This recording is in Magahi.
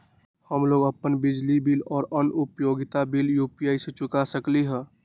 हम लोग अपन बिजली बिल और अन्य उपयोगिता बिल यू.पी.आई से चुका सकिली ह